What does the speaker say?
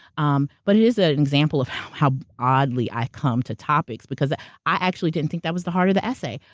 um but it is ah an example of how how oddly i come to topics, because i actually didn't think that was the heart of the essay.